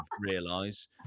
realize